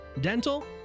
dental